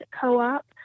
co-op